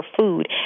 food